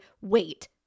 wait